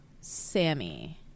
Sammy